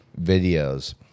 videos